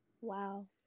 Wow